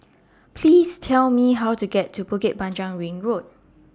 Please Tell Me How to get to Bukit Panjang Ring Road